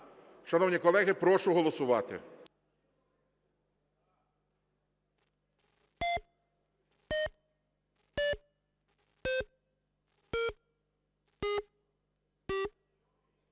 Шановні колеги, прошу голосувати.